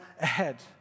ahead